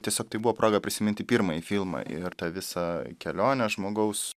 tiesiog tai buvo proga prisiminti pirmąjį filmą ir tą visą kelionę žmogaus